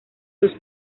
sus